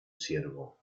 ciervo